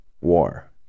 war